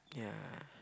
yeah